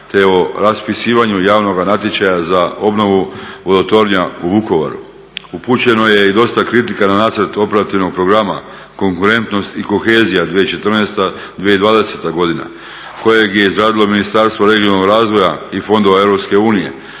te o raspisivanju javnoga natječaja za obnovu tornja u Vukovaru. Upućeno i dosta kritika na nacrt operativnog programa, konkurentnost i kohezija 2014. - 2020. godina kojeg je … Ministarstvo regionalnog razvoja i fondova EU,